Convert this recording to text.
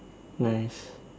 nice